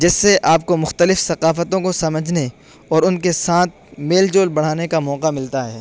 جس سے آپ کو مختلف ثقافتوں کو سمجھنے اور ان کے ساتھ میل جول بڑھانے کا موقع ملتا ہے